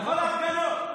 תבוא להפגנות.